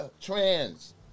Trans